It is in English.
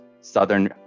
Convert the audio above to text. Southern